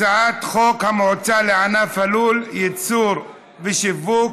הצעת חוק המועצה לענף הלול (ייצור ושיווק)